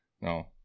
No